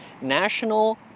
national